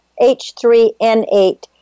H3N8